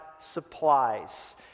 supplies